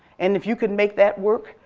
and if you could make that work,